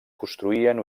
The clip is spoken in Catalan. construïen